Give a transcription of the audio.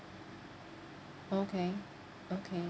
okay okay